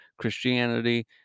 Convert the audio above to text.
Christianity